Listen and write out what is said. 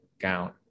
gown